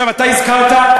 אתה הזכרת,